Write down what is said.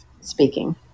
speaking